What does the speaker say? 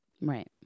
Right